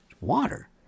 Water